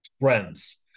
Friends